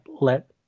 let